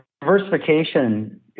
diversification